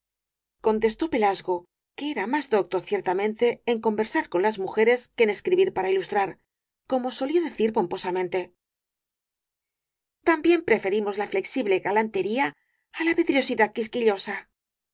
contestó pelasgo que era más docto ciertamente en conversar con las mujeres que en escribir para ilustrar como solía decir pomposamente también preferimos la flexible galantería á la